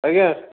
ଆଜ୍ଞା